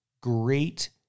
great